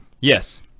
Yes